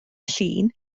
llun